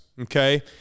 okay